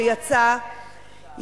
שיצא,